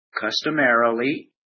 customarily